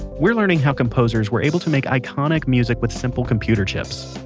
we're learning how composers were able to make iconic music with simple computer chips.